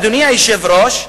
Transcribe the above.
אדוני היושב-ראש,